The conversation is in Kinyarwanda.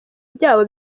byabo